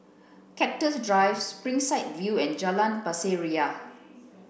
Cactus Drive Springside View and Jalan Pasir Ria